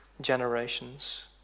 generations